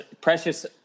precious